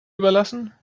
überlassen